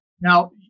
Now